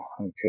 okay